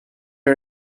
are